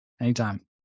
Anytime